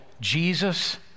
Jesus